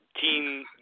team